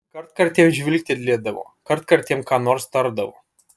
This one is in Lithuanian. kartkartėm žvilgtelėdavo kartkartėm ką nors tardavo